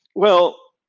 well,